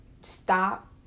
stop